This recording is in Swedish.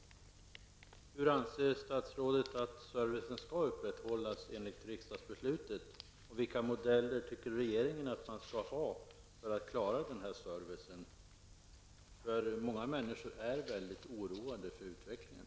Hur anser statsrådet att servicen skall upprätthållas enligt riksdagsbeslutet? Vilka modeller tycker regeringen att man skall ha för att kunna ge denna service? Många människor är väldigt oroade inför utvecklingen.